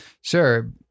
Sure